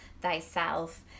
thyself